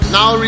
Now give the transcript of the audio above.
Now